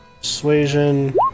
persuasion